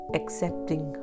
accepting